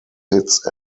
hits